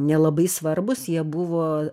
nelabai svarbūs jie buvo